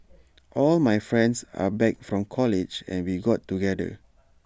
all my friends are back from college and we got together